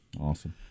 Awesome